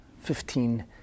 Fifteen